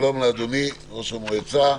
שלום לאדוני ראש המועצה.